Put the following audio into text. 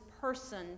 person